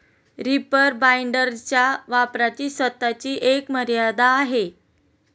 reaper बाइंडरच्या वापराची स्वतःची एक मर्यादा आहे